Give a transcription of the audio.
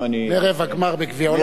מרבע הגמר בגביע העולם.